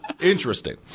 Interesting